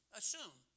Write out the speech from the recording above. assume